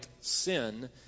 sin